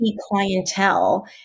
clientele